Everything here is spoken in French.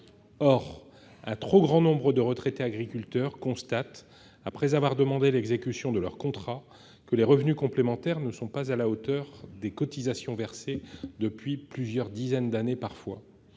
Or un trop grand nombre de retraités agriculteurs constatent, après avoir demandé l'exécution de leur contrat, que les revenus complémentaires ne sont pas à la hauteur des cotisations versées, parfois pendant plusieurs dizaines d'années.